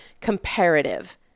Comparative